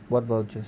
what voucher